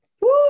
Woo